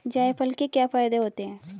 जायफल के क्या फायदे होते हैं?